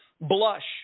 blush